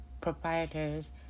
proprietors